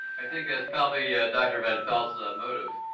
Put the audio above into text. i think that's probably dr. van pelt's ah motive.